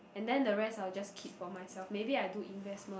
and then the rest I'll will just keep for myself maybe I'll do investment